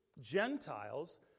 Gentiles